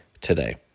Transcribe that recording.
today